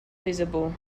visible